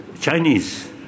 Chinese